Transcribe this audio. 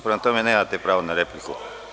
Prema tome, nemate pravo na repliku.